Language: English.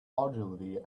ogilvy